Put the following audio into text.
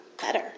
better